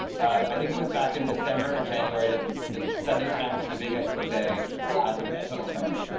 i think it was back in december, january that the the sunday times to the big expo say yeah at the terminal.